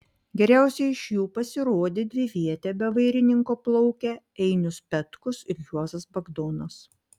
geriausiai iš jų pasirodė dviviete be vairininko plaukę einius petkus ir juozas bagdonas